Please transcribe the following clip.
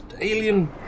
alien